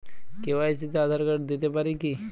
KYC তে Aadhaar card দিতে পারি কি?